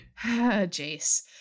Jace